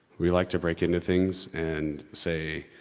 we like to break into things and say,